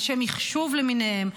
אנשי מחשוב למיניהם,